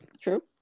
True